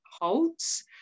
holds